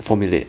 formulate